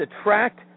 attract